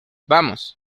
vamos